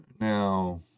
Now